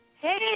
hey